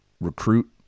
recruit